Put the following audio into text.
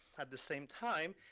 at the same time,